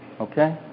okay